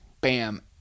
bam